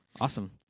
Awesome